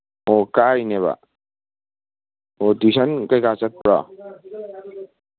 ꯑꯣ ꯀꯥꯔꯤꯅꯦꯕ ꯑꯣ ꯇ꯭ꯌꯨꯁꯟ ꯀꯩꯀꯥ ꯆꯠꯄ꯭ꯔꯣ